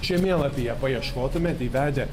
žemėlapyje paieškotumėt įvedę